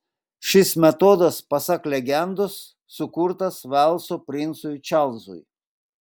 šis metodas pasak legendos sukurtas velso princui čarlzui